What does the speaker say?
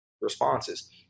responses